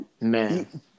Man